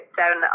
down